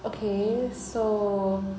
okay so